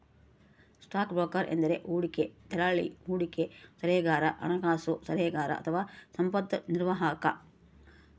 stock broker ಎಂದರೆ ಹೂಡಿಕೆ ದಲ್ಲಾಳಿ, ಹೂಡಿಕೆ ಸಲಹೆಗಾರ, ಹಣಕಾಸು ಸಲಹೆಗಾರ ಅಥವಾ ಸಂಪತ್ತು ನಿರ್ವಾಹಕ